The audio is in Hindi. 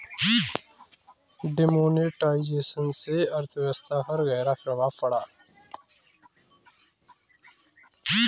डिमोनेटाइजेशन से अर्थव्यवस्था पर ग़हरा प्रभाव पड़ा